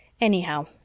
Anyhow